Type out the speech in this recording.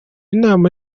inama